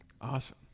Awesome